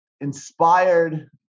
inspired